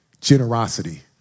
generosity